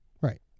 Right